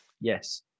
yes